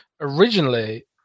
originally